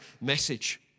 message